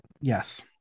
Yes